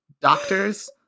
doctors